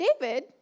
David